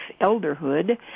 elderhood